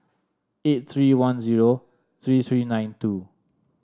eight three one zero three three nine two